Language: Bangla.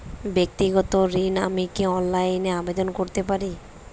ব্যাক্তিগত ঋণ আমি কি অনলাইন এ আবেদন করতে পারি?